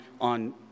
on